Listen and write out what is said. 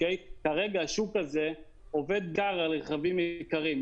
כרגע השוק הזה עובד בעיקר על רכבים יקרים.